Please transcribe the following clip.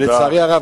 לצערי הרב.